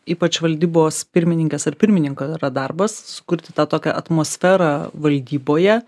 ypač valdybos pirmininkės ar pirmininko yra darbas sukurti tą tokią atmosferą valdyboje